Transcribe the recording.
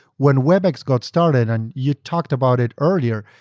when webex got started, and you talked about it earlier,